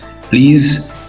Please